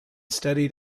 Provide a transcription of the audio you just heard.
studied